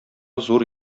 зур